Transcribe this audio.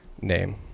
name